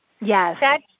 Yes